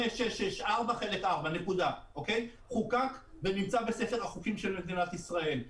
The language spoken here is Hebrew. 5664 חלק 4. חוקק ונמצא בספר החוקים של מדינת ישראל,